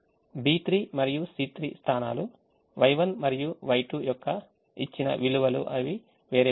B3 మరియు C3 స్థానాలు Y1 మరియు Y2 యొక్క ఇచ్చిన విలువలు అవి వేరియబుల్స్